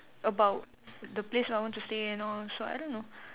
about the place I want to stay and all so I don't know